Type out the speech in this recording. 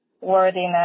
worthiness